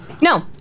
No